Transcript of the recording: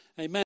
Amen